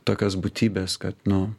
tokios būtybės kad nu